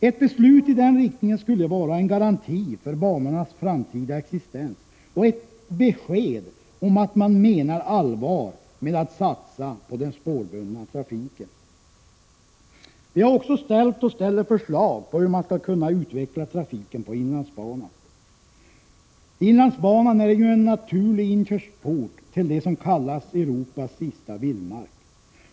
Ett beslut i den riktningen skulle vara en garanti för banornas framtida existens och ett besked om att man menar allvar med att satsa på den spårbundna trafiken. Vi har också ställt och ställer förslag till hur man skall kunna utveckla trafiken på inlandsbanan. Inlandsbanan är ju en naturlig inkörsport till det som kallas Europas sista vildmark.